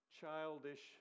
childish